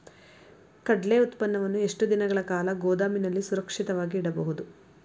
ಕಡ್ಲೆ ಉತ್ಪನ್ನವನ್ನು ಎಷ್ಟು ದಿನಗಳ ಕಾಲ ಗೋದಾಮಿನಲ್ಲಿ ಸುರಕ್ಷಿತವಾಗಿ ಇಡಬಹುದು?